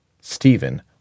Stephen